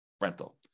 rental